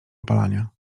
opalania